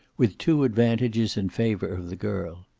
with two advantages in favor of the girl.